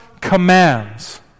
commands